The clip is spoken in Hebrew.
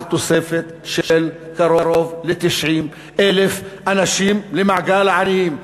תוספת של קרוב ל-90,000 אנשים למעגל העניים.